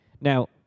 Now